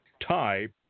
type